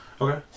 Okay